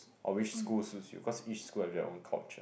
or which school suits you because each school have their own culture